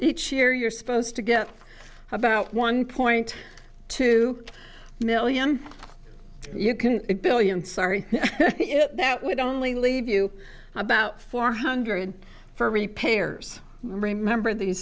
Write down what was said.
each year you're supposed to get about one point two million you can get billion sorry that would only leave you about four hundred for repairs remember these